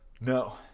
No